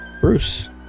Bruce